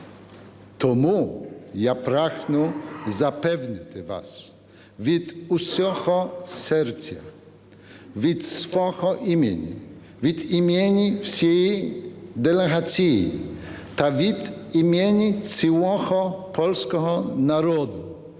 Тому я прагну запевнити вас від усього серця, від свого імені, від імені всієї делегації та від імені цілого польського народу,